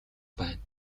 байна